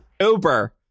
Uber